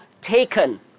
taken